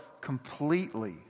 completely